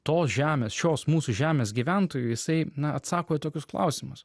tos žemės šios mūsų žemės gyventojų jisai na atsako į tokius klausimus